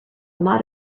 lot